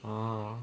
ah